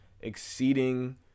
exceeding